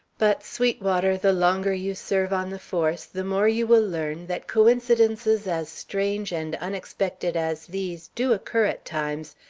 but, sweetwater, the longer you serve on the force the more you will learn that coincidences as strange and unexpected as these do occur at times,